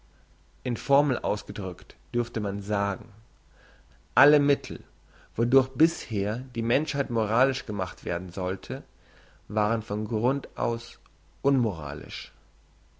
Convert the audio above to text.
in formel ausgedrückt dürfte man sagen alle mittel wodurch bisher die menschheit moralisch gemacht werden sollte waren von grund aus unmoralisch